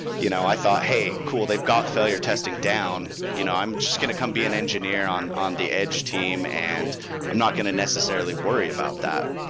you know i thought, hey, cool. they've got failure testing down. you know i'm just going to come be an engineer on on the edge team and i'm not going to necessarily worry about that.